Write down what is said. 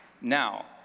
Now